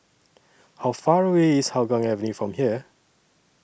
How Far away IS Hougang from here